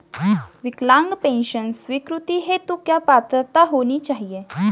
विकलांग पेंशन स्वीकृति हेतु क्या पात्रता होनी चाहिये?